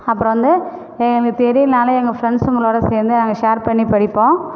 அப்புறம் வந்து எனக்கு தெரியலைன்னாலும் எங்கள் ஃபிரண்ட்ஸ்ங்களோடய சேர்ந்து நாங்கள் ஷேர் பண்ணி படிப்போம்